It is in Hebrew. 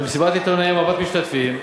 במסיבת עיתונאים רבת משתתפים,